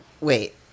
Wait